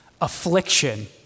affliction